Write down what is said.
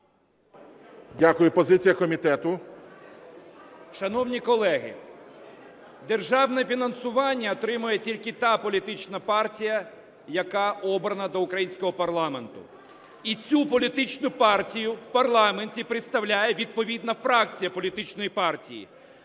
Дякую. Позиція комітету. 18:19:05 КОСТІН А.Є. Шановні колеги, державне фінансування отримує тільки та політична партія, яка обрана до українського парламенту і цю політичну партію в парламенті представляє відповідна фракція політичної партії,